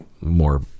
more